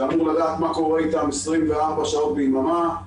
שאמור לדעת מה קורה איתם 24 שעות ביממה,